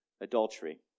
adultery